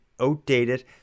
outdated